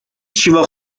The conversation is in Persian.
شیوا